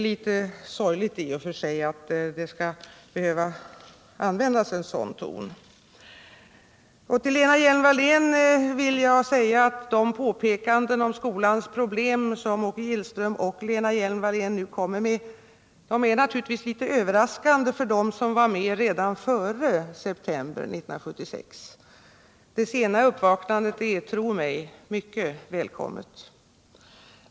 Det är i och för sig sorgligt att det skall behövas en sådan ton. Sedan vill jag säga att de påpekanden om skolans problem som Åke Gillström och Lena Hjelm-Wallén nu kommer med är litet överraskande för dem som var med redan före september 1976. Det sena uppvaknandet är — tro mig! — mycket välkommet.